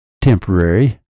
temporary